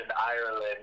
Ireland